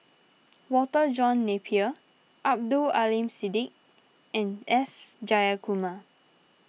Walter John Napier Abdul Aleem Siddique and S Jayakumar